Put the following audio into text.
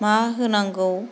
मा होनांगौ